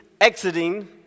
exiting